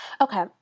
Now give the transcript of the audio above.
okay